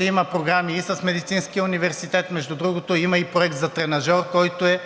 има програми и с Медицинския университет. Между другото, има и проект за тренажор, който е